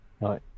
right